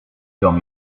dom